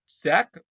Zach